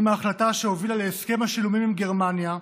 עם ההחלטה שהובילה להסכם השילומים עם גרמניה,